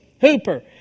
Hooper